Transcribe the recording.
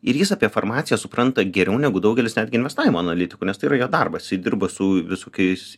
ir jis apie farmaciją supranta geriau negu daugelis netgi investavimo analitikų nes tai yra jo darbas dirba su visokiais